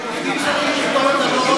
וכשהם עובדים זרים פתאום אתה לא רואה את זה.